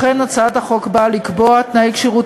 לכן הצעת החוק באה לקבוע תנאי כשירות